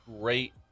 great